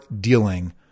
dealing